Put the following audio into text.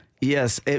Yes